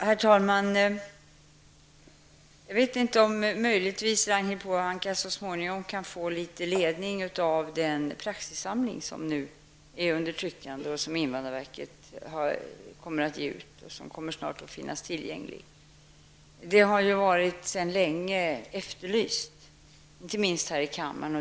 Herr talman! Möjligtvis kan Ragnhild Pohanka så småningom få litet ledning av den praxissamling som nu är under tryckning och som invandrarverket kommer att ge ut. Den kommer snart att finnas tillgänglig. En sådan praxissamling har sedan länge varit efterlyst, inte minst från denna kammare.